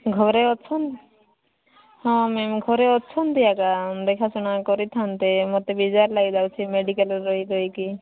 ଘରେ ଅଛନ୍ ହଁ ମ୍ୟାମ୍ ଘରେ ଅଛନ୍ତିଆକା ଦେଖାଶୁଣା କରିଥାନ୍ତେ ମୋତେ ବିଜାର ଲାଗିଯାଉଛି ମେଡ଼ିକାଲ୍ରେ ରହି ରହିକି